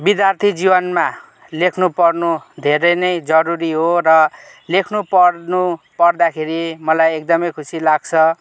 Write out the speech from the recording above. विद्यार्थी जीवनमा लेख्नु पढ्नु धेरै नै जरुरी हो र लेख्नु पढ्नु पर्दाखेरि मलाई एकदमै खुसी लाग्छ